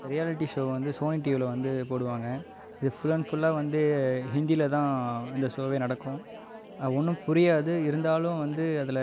reality show வந்து Sony டிவியில் வந்து போடுவாங்க இது ஃபுல் அண்ட் ஃபுல்லாக வந்து ஹிந்தியில் தான் இந்த ஷோவே நடக்கும் ஒன்றும் புரியாது இருந்தாலும் வந்து அதில்